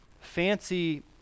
fancy